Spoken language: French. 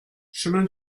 chemin